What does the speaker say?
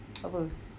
apa